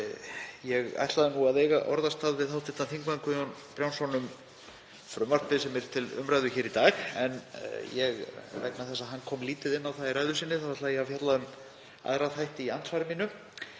Ég ætlaði að eiga orðastað við hv. þm. Guðjón Brjánsson um frumvarpið sem er til umræðu hér í dag, en vegna þess að hann kom lítið inn á það í ræðu sinni þá ætla ég að fjalla um aðra þætti í andsvari mínu.